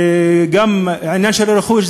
וגם עניין של רכוש,